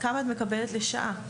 כמה את מקבלת לשעה?